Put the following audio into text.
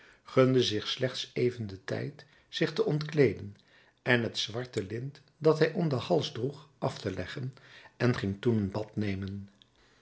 gunde zich slechts even den tijd zich te ontkleeden en het zwarte lint dat hij om den hals droeg af te leggen en ging toen een bad nemen